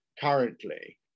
currently